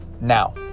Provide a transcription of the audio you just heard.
Now